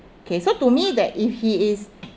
okay so to me that if he is